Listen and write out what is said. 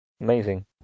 amazing